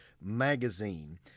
magazine